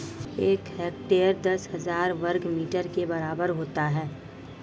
एक हेक्टेयर दस हज़ार वर्ग मीटर के बराबर होता है